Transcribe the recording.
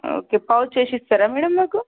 okay pouch వేసి ఇస్తారా madam నాకు